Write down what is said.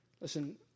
Listen